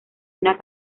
una